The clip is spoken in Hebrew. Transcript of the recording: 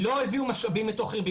לא הביאו משאבים לתוך העיר.